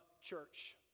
church